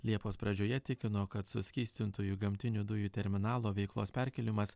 liepos pradžioje tikino kad suskystintųjų gamtinių dujų terminalo veiklos perkėlimas